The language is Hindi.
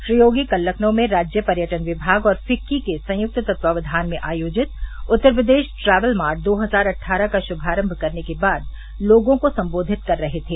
श्री योगी कल लखनऊ में राज्य पर्यटन विमाग और फिक्की के संयुक्त तत्वाक्धान में आयोजित उत्तर प्रदेश ट्रैकल मार्ट दो हजार अट्ठारह का श्मारम्भ करने के बाद लोगों को संबेधित कर रहे थे